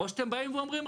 או שאתם באים ואומרים,